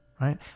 right